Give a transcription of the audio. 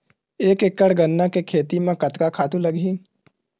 एक एकड़ गन्ना के खेती म कतका खातु लगही?